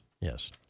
Yes